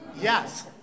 Yes